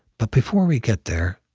but before we get there,